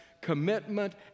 commitment